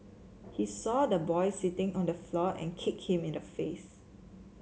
he saw the boy sitting on the floor and kicked him in the face